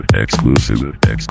exclusive